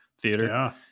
theater